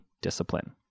discipline